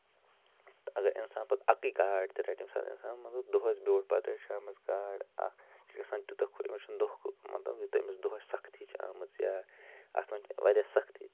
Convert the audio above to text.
تہٕ اَگر اِنسان پَتہٕ اَکٕے گاڈ تہِ رَٹہِ ییٚمہِ ساتہٕ اِنسان مطلب دۄہَس بیوٗٹھ پَتہٕ شامَس گاڈ اکھ یہِ چھُ گژھان تیوٗتاہ خۄش أمِس چھُنہٕ دۄہ مطلب یوٗتاہ أمِس دۄہَس چھِ سَختی چھِ آمٕژ یا اَتھ منٛز چھِ واریاہ سَختی